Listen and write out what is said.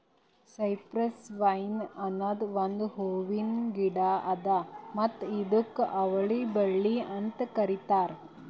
cypress vine ಅನದ್ ಒಂದು ಹೂವಿನ ಗಿಡ ಅದಾ ಮತ್ತ ಇದುಕ್ ಅವರಿ ಬಳ್ಳಿ ಅಂತ್ ಕರಿತಾರ್